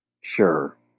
Sure